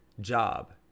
job